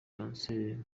kanseri